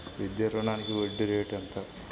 విద్యా రుణానికి వడ్డీ రేటు ఎంత?